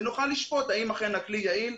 ואחר כך נוכל לשפוט האם הכלי באמת יעיל.